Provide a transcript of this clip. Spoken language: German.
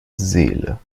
seele